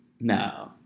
No